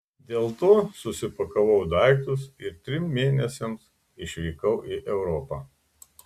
dėl to susipakavau daiktus ir trim mėnesiams išvykau į europą